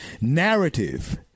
narrative